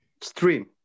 stream